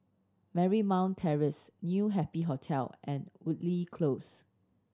Marymount Terrace New Happy Hotel and Woodleigh Close